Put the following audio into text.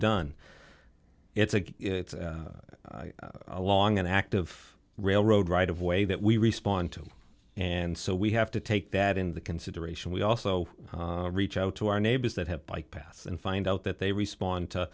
done it's a good it's a long and active railroad right of way that we respond to and so we have to take that into consideration we also reach out to our neighbors that have bypass and find out that they respond to